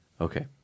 Okay